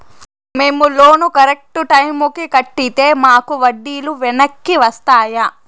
మేము loan correct టైముకి కట్టితే మాకు వడ్డీ లు వెనక్కి వస్తాయా?